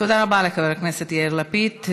תודה רבה לחבר הכנסת יאיר לפיד.